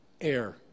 air